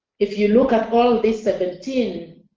if you look at all the seventeen